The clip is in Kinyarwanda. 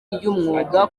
ry’umwuga